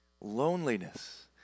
loneliness